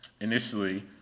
initially